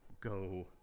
go